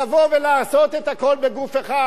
לבוא ולעשות את הכול בגוף אחד.